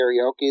karaoke